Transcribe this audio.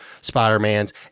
Spider-Mans